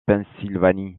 pennsylvanie